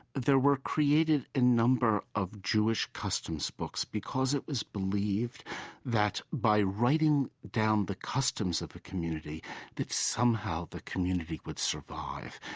there were created a number of jewish customs books, because it was believed that by writing down the customs of the community that somehow the community would survive.